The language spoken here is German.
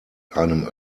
einem